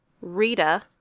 Rita